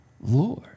Lord